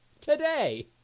today